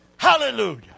Hallelujah